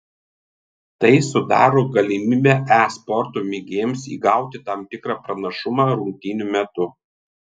tai sudaro galimybę e sporto mėgėjams įgauti tam tikrą pranašumą rungtynių metu